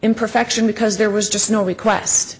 imperfection because there was just no request